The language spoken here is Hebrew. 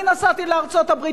אני נסעתי לארצות-הברית,